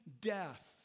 death